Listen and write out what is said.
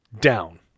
down